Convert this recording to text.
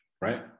right